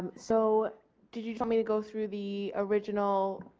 so did you tell me to go through the original,